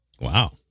Wow